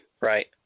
Right